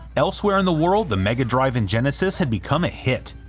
elsewhere in the world the mega drive and genesis had become a hit,